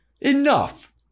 Enough